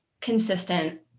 consistent